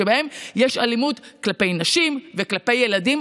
שבהן יש אלימות כלפי נשים וכלפי ילדים,